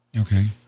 Okay